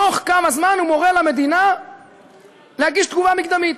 בתוך כמה זמן הוא מורה למדינה להגיש תגובה מקדמית?